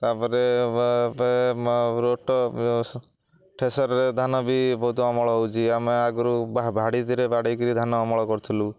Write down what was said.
ତାପରେ ରେ ଧାନ ବି ବହୁତ ଅମଳ ହେଉଛି ଆମେ ଆଗରୁ ବାଡ଼େଇକିରି ଧାନ ଅମଳ କରୁଥିଲୁ